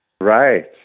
Right